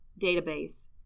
database